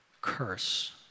curse